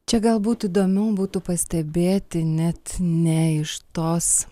čia galbūt įdomiau būtų pastebėti net ne iš tos